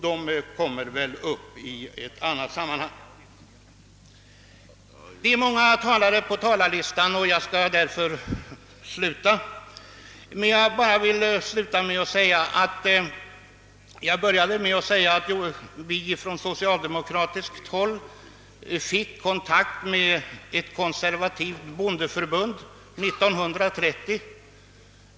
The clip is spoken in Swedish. De kommer väl upp till behandling i annat sammanhang. Jag började med att säga att vi på socialdemokratiskt håll fick kontakt med ett konservativt bondeförbund under 1930-talet.